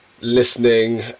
listening